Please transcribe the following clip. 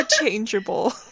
interchangeable